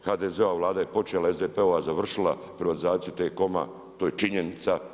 HDZ-ova Vlada je počela, SDP-ova završila privatizaciju T-COM-a, to je činjenica.